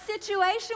situation